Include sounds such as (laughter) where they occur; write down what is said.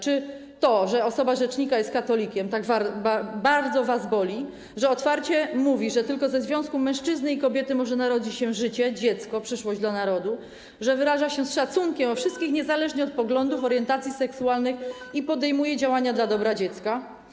Czy to, że osoba rzecznika jest katolikiem, tak bardzo was boli, to, że otwarcie mówi, że tylko ze związku mężczyzny i kobiety może narodzić się życie, dziecko, przyszłość narodu, że wyraża się z szacunkiem o wszystkich (noise) niezależnie od poglądów, orientacji seksualnej i podejmuje działania dla dobra dziecka?